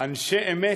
אנשי אמת,